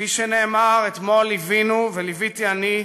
כפי שנאמר, אתמול ליווינו, וליוויתי אני,